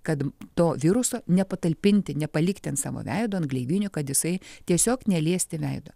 kad to viruso nepatalpinti nepalikti ant savo veido ant gleivinių kad jisai tiesiog neliesti veido